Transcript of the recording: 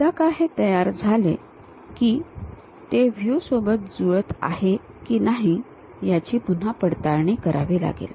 एकदा का हे तयार झाले की ते व्ह्यू सोबत जुळत आहे की नाही ह्याची पुन्हा पडताळणी करावी लागेल